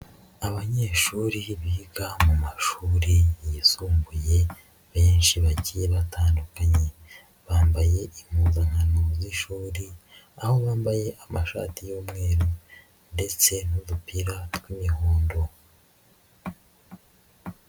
Abanyeshuri biga mu mashuri yisumbuye, benshi bagiye batandukanye, bambaye impuzankano y'ishuri, aho bambaye amashati y'umweru ndetse n'udupira tw'imihondo.